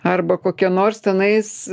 arba kokia nors tenais